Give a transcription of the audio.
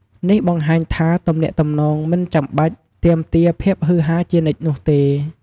នេះបង្ហាញថា ទំនាក់ទំនងមិនចាំបាច់ទាមទារភាពហ៊ឺហារជានិច្ចនោះទេ។